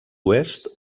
oest